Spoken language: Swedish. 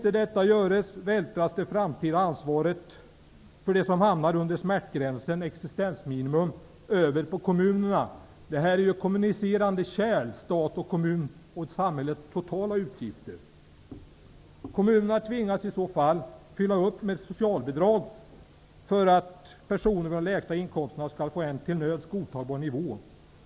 Om det inte görs, vältras det framtida ansvaret för dem som hamnar under existensminimum över på kommunerna. Stat och kommun är ju kommunicerande kärl. Det gäller samhällets totala utgifter. Kommunerna kommer i annat fall att tvingas fylla upp med socialbidrag för att personer med de lägsta inkomsterna skall få leva på en till nöds godtagbar nivå.